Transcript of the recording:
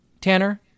Tanner